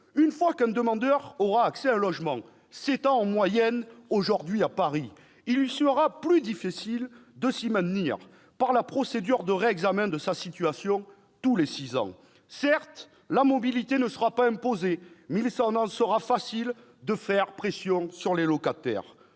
Une fois qu'un demandeur aura accès à un logement- sept ans en moyenne aujourd'hui à Paris -, il lui sera plus difficile de s'y maintenir par la procédure de réexamen de sa situation tous les six ans. Certes, la mobilité ne sera pas imposée, mais il sera facile de faire pression sur les locataires.